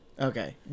Okay